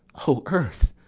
o earth!